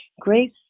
Grace